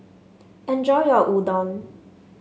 enjoy your Udon